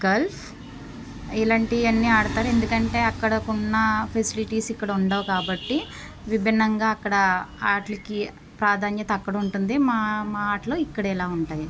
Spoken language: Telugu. గల్ఫ్ ఇలాంటివన్నీ ఆడతారు ఎందుకంటే అక్కడ ఉన్న ఫెసిలిటీస్ ఇక్కడ ఉండవు కాబట్టి విభిన్నంగా అక్కడ ఆట్లకి ప్రాధాన్యత అక్కడ ఉంటుంది మా మా ఆటలు ఇక్కడ ఇలా ఉంటాయి